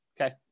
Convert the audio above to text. okay